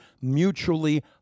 mutually